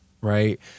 right